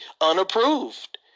unapproved